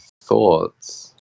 thoughts